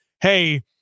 Hey